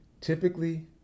Typically